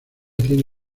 tiene